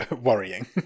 Worrying